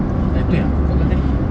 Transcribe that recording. eh itu yang pokok kan tadi